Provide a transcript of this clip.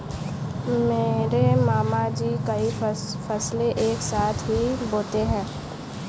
मेरे मामा जी कई फसलें एक साथ ही बोते है